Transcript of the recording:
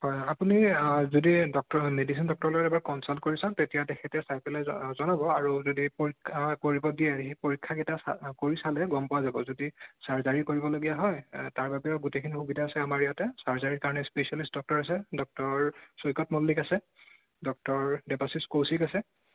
হয় হয় আপুনি যদি ডক্টৰ মেডিচিন ডক্টৰৰ লগত এবাৰ কনচাল্ট কৰি চাওক তেতিয়া তেখেতে চাই পেলাই জনাব আৰু যদি পৰীক্ষা কৰিব দিয়ে সেই পৰীক্ষা কেইটা চা কৰি চালে গম পোৱা যাব যদি চাৰ্জাৰী কৰিবলগীয়া হয় তাৰবাবেও গোটেইখিনি সুবিধা আছে আমাৰ ইয়াতে চাৰ্জাৰীৰ কাৰণে স্পেচিয়েলিষ্ট ডক্টৰ আছে ডক্টৰ ছৈয়কত মল্লিক আছে ডক্টৰ দেৱাশীস কৌশিক আছে